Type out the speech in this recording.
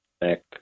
back